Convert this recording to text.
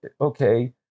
okay